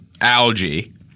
algae